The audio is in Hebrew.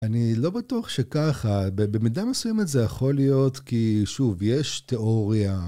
אני לא בטוח שככה, במידה מסוימת זה יכול להיות כי שוב, יש תיאוריה.